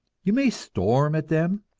you may storm at them,